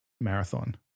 Marathon